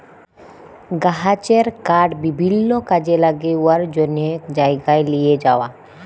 গাহাচের কাঠ বিভিল্ল্য কাজে ল্যাগে উয়ার জ্যনহে জায়গায় লিঁয়ে যাউয়া